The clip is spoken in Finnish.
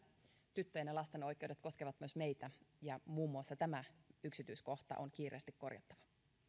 tyttöjen ja lasten oikeudet koskevat myös meitä ja muun muassa tämä yksityiskohta on kiireesti korjattava